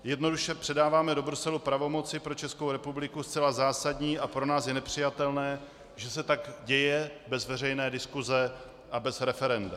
Jednoduše předáváme do Bruselu pravomoci pro Českou republiku zcela zásadní a pro nás je nepřijatelné, že se tak děje bez veřejné diskuse a bez referenda.